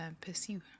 pursue